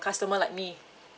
customer like me